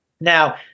Now